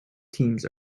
teams